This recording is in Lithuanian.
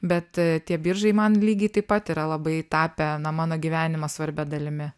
bet tie biržai man lygiai taip pat yra labai tapę na mano gyvenimo svarbia dalimi